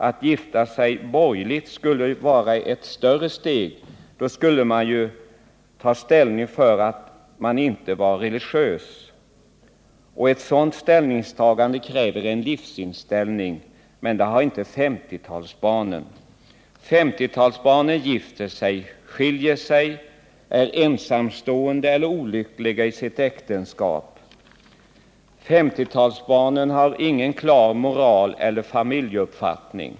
Att gifta sig borgerligt skulle vara ett större steg — då skulle man ju ta ställning för att man inte var religiös. Och ett sånt ställningstagande kräver en livsinställning. Men det har inte 50-talsbarnen. 50-talsbarnen gifter sig, skiljer sig, är ensamstående eller olyckliga i sina äktenskap. 50-talsbarnen har ingen klar moraleller familjeuppfattning.